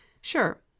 Sure